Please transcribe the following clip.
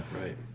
right